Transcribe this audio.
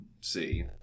see